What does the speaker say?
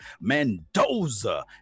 Mendoza